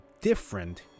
different